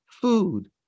food